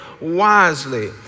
wisely